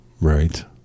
Right